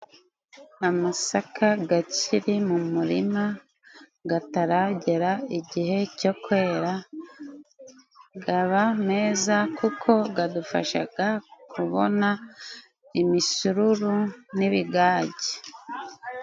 Amasaka gakiri mu murima gataragera igihe cyo kwera, gaba neza kuko gadufashaga kubona imisururu n'ibigage.